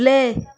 play